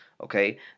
okay